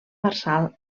marçal